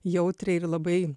jautriai ir labai